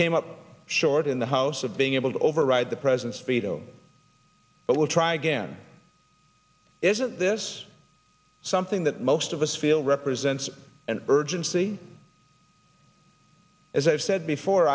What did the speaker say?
came up short in the house of being able to override the president's speech but will try again isn't this something that most of us feel represents an urgency as i've said before